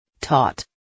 taught